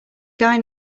guy